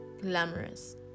glamorous